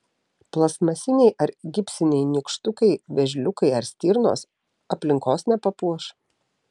plastmasiniai ar gipsiniai nykštukai vėžliukai ar stirnos aplinkos nepapuoš